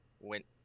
went